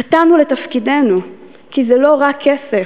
חטאנו לתפקידנו, כי זה לא רק כסף.